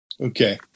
Okay